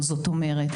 זאת אומרת,